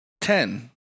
ten